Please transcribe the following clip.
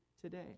today